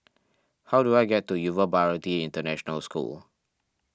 how do I get to Yuva Bharati International School